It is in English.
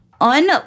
on